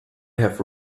have